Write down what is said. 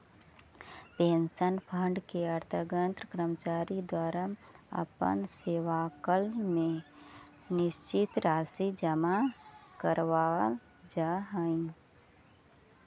pension fund के अंतर्गत कर्मचारि के द्वारा अपन सेवाकाल में निश्चित राशि जमा करावाल जा हई